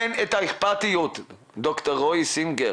אין את האכפתיות, ד"ר רועי סינגר.